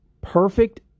perfect